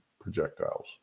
projectiles